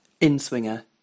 In-swinger